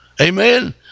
amen